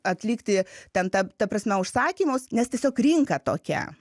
atlikti ten ta ta prasme užsakymus nes tiesiog rinka tokia